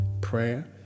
prayer